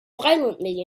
violently